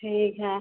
ठीक है